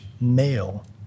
male